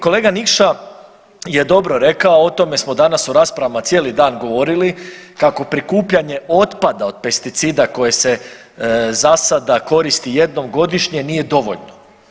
Kolega Nikša je dobro rekao, o tome smo danas u raspravama cijeli dan govorili kako prikupljanje otpada od pesticida koje se za sada koristi jednom godišnje nije dovoljno.